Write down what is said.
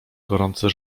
gorące